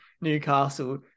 Newcastle